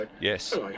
Yes